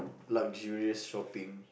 luxurious shopping